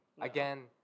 Again